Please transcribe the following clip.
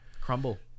crumble